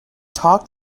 talked